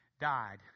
died